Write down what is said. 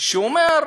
שר שאומר: